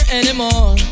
anymore